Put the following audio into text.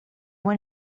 when